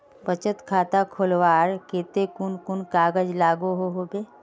बचत खाता खोलवार केते कुन कुन कागज लागोहो होबे?